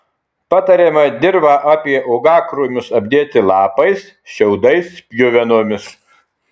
patariama dirvą apie uogakrūmius apdėti lapais šiaudais pjuvenomis